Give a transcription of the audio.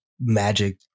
magic